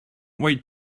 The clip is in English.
wait